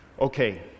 Okay